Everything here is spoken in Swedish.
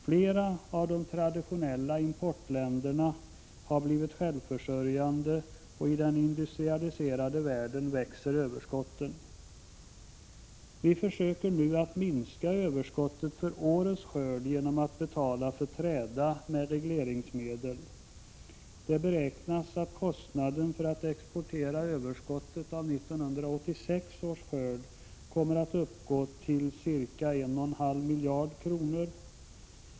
Flera av de traditionella importländerna har blivit självförsörjande, och i den industrialiserade världen växer överskotten. Vi försöker nu minska överskottet för årets skörd genom att betala för träda med regleringsmedel. Det beräknas att kostnaden för att exportera överskottet från 1986 års skörd kommer att uppgå till ca 1,5 miljarder kronor.